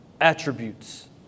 attributes